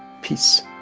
peace.